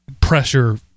pressure